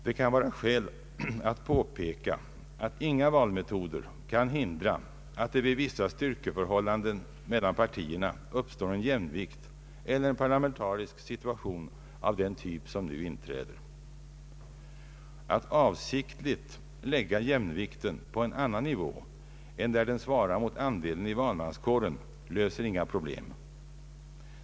Det kan vara skäl att påpeka att inga valmetoder kan hindra att det vid vissa styrkeförhållanden mellan partierna uppstår en jämvikt eller en parlamentarisk situation av den typ som nu inträder. Att avsiktligt lägga jämvikten på en annan nivå än där den svarar mot andelen i valmanskåren löser inga problem.